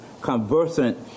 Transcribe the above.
conversant